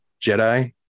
Jedi